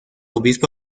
obispo